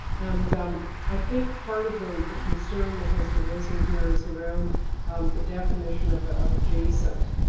and i think part of the the concern that has arisen here is around the definition of ah of adjacent,